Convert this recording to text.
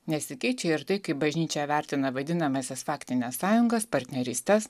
nesikeičia ir tai kaip bažnyčia vertina vadinamąsias faktines sąjungas partnerystes